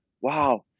wow